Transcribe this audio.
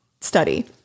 Study